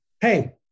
hey